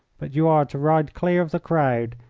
but you are to ride clear of the crowd,